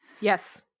Yes